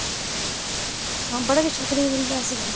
बडा किश सिक्खने गी मिलदा ऐसी गल्ल नेई